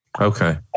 Okay